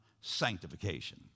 sanctification